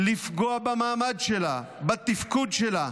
לפגוע במעמד שלה, בתפקוד שלה.